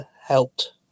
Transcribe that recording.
helped